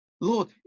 Lord